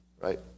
right